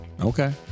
Okay